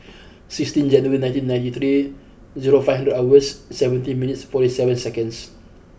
sixteenth January nineteen ninety three zero five hundred hours seventeen minutes forty seven seconds